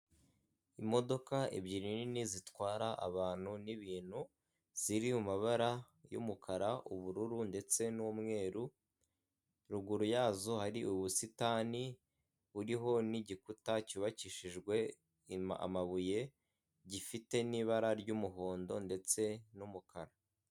Imodoka ebyiri nini zitwara abantu n'ibintu, ziri mu mabara y'umukara ubururu ndetse n'umweru, ruguru yazo hari ubusitani buriho n'igikuta cyubakishijwe amabuye, gifite n'ibara ry'umuhondo ndetse n'umukara.